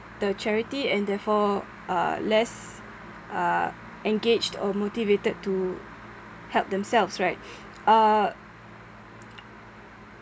the charity and therefore uh less uh engaged or motivated to help themselves right uh